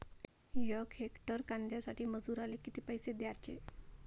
यक हेक्टर कांद्यासाठी मजूराले किती पैसे द्याचे?